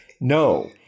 No